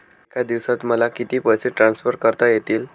एका दिवसात मला किती पैसे ट्रान्सफर करता येतील?